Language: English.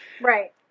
Right